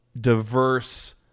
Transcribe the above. diverse